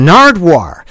Nardwar